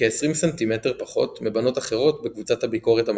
כ-20 ס"מ פחות מבנות אחרות בקבוצת הביקורת המתאימה.